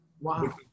Wow